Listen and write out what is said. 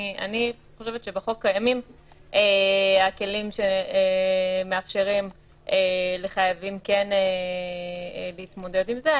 אני חושבת שבחוק קיימים הכלים שמאפשרים לחייבים כן להתמודד עם זה.